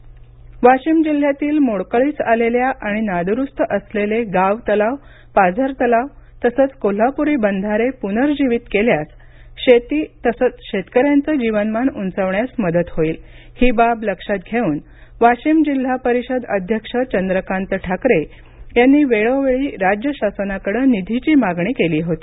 तलाव वाशिम जिल्हयातील मोडकळीस आलेल्या आणि नाद्रुस्त असलेले गाव तलाव पाझर तलाव तसंच कोल्हापुरी बंधारे पुनर्जीवित केल्यास शेती तसंच शेतकऱ्यांचं जीवनमान उंचावण्यास मदत होईल ही बाब लक्षात घेऊन वाशिम जिल्हा परिषद अध्यक्ष चंद्रकांत ठाकरे यांनी वेळोवेळी राज्य शासनाकडे निधीची मागणी केली होती